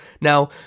Now